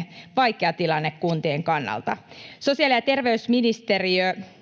— vaikea tilanne kuntien kannalta. Sosiaali- ja terveysministeriö